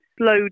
slow